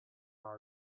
our